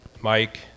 Mike